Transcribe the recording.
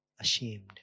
ashamed